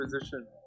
position